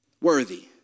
worthy